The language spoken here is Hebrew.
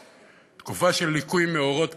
בתקופה של ליקוי מאורות כזה,